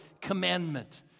commandment